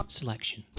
selection